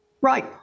Right